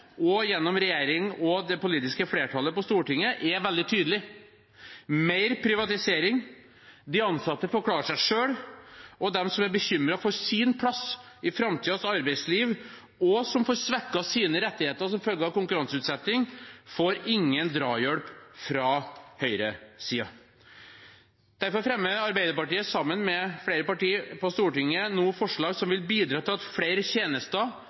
og gjennom regjeringen og det politiske flertallet på Stortinget er veldig tydelig: mer privatisering, de ansatte får klare seg selv, og de som er bekymret for sin plass i framtidens arbeidsliv, og som får svekket sine rettigheter som følge av konkurranseutsetting, får ingen drahjelp fra høyresiden. Derfor fremmer Arbeiderpartiet sammen med flere partier på Stortinget nå forslag som vil bidra til at flere tjenester